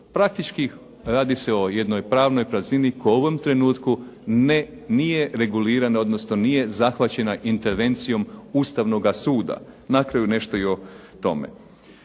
Praktički, radi se o jednoj pravnoj praznini koju u ovom trenutku ne nije regulirana, odnosno nije zahvaćena intervencijom Ustavnoga suda. Na kraju nešto i o tome.